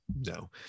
no